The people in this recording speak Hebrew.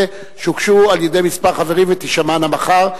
שהוגשו על-ידי כמה חברים ותישמענה מחר,